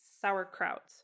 sauerkraut